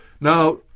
Now